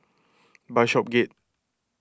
Bishopsgate